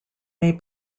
may